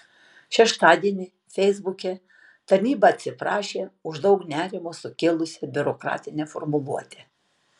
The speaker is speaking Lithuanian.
šeštadienį feisbuke tarnyba atsiprašė už daug nerimo sukėlusią biurokratinę formuluotę